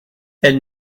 elles